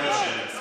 הזכרת.